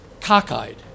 cockeyed